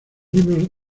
libros